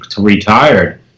retired